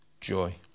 joy